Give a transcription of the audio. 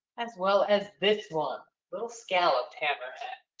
as well as this one, little scalloped hammerhead.